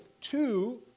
two